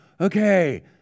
okay